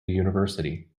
university